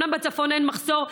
אומנם בצפון אין מחסור,